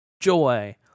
joy